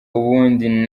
ubundi